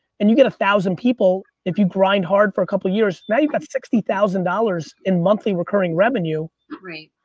and you get one thousand people, if you grind hard for a couple years, now you've got sixty thousand dollars in monthly recurring revenue. right.